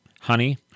Honey